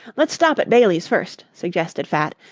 let's stop at bailey's first, suggested fat,